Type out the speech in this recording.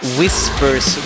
whispers